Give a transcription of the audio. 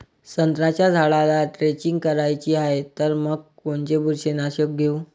संत्र्याच्या झाडाला द्रेंचींग करायची हाये तर मग कोनच बुरशीनाशक घेऊ?